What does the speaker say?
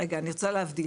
רגע, אני רוצה להבדיל.